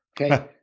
Okay